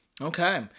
Okay